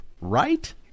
right